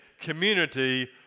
community